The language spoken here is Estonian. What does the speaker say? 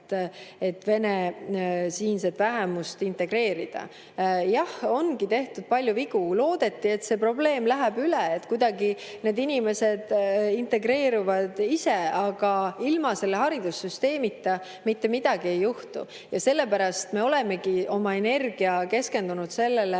et vene siinset vähemust integreerida. Jah, ongi tehtud palju vigu. Loodeti, et see probleem läheb üle, et kuidagi need inimesed integreeruvad ise. Aga ilma haridussüsteemita mitte midagi ei juhtu. Ja sellepärast me olemegi oma energia keskendanud sellele,